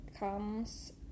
comes